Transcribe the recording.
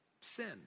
sin